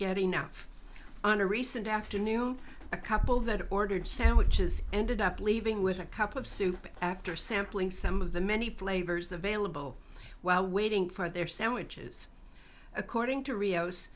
get enough on a recent afternoon a couple that ordered sandwiches ended up leaving with a cup of soup after sampling some of the many flavors available while waiting for their sandwiches according to rio